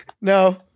no